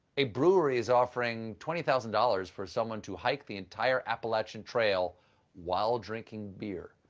a brewery is offering twenty thousand dollars for someone to hike the entire appalachian trail while drinking beer.